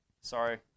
Sorry